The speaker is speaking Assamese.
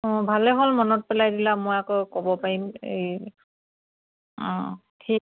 অঁ ভালেই হ'ল মনত পেলাই দিলা মই আকৌ ক'ব পাৰিম এই অঁ ঠিক